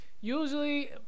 Usually